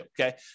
okay